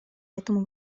этому